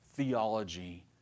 Theology